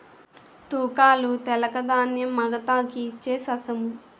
తూకాలు తెలక ధాన్యం మగతాకి ఇచ్ఛేససము